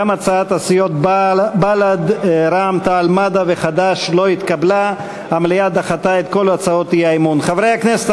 הצעת סיעות בל"ד רע"ם-תע"ל-מד"ע חד"ש להביע אי-אמון בממשלה לא נתקבלה.